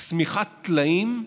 שמיכת טלאים,